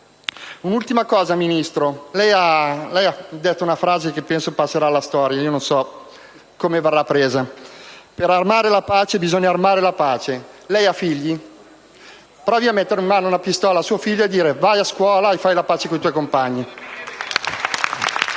Un'ultima cosa, Ministro. Lei ha detto una frase che penso passerà alla storia e non so come verrà valutata: «Per amare la pace bisogna armare la pace». Lei ha figli? Provi a mettere una pistola in mano a suo figlio e a dirgli: «Vai a scuola e fai la pace con i tuoi compagni»!